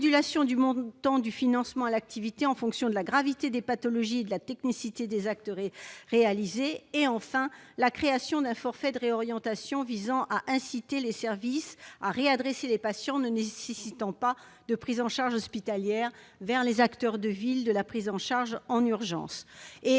la modulation du montant du financement à l'activité en fonction de la gravité des pathologies et de la technicité des actes réalisés et, enfin, la création d'un forfait de réorientation visant à inciter les services à réadresser les patients ne nécessitant pas de prise en charge hospitalière vers les acteurs de ville de la prise en charge en urgence.